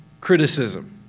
criticism